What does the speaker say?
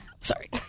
sorry